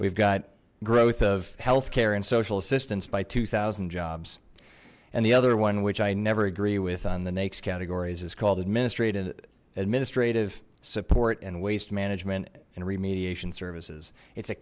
we've got growth of health care and social assistance by two thousand jobs and the other one which i never agree with on the naik's categories is called administrative administrative support and waste management and remediation services it's a